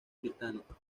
británico